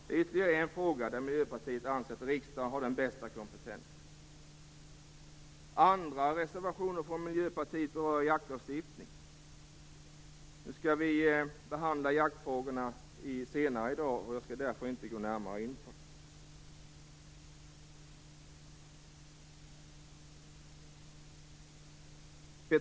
Det är ytterligare en fråga där Miljöpartiet anser att riksdagen har den bästa kompetensen. Andra reservationer från Miljöpartiet berör jaktlagstiftningen. Jaktfrågorna skall vi behandla senare i dag och jag skall därför inte gå närmare in på dem.